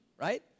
right